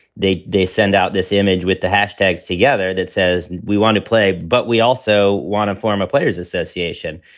they they send out this image with the hashtags together that says we want to play, but we also want to and form a players association.